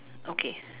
okay